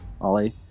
Ollie